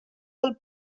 del